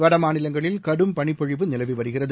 வடமாநிலங்களில் கடும் பனிப்பொழிவு நிலவிவருகிறது